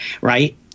right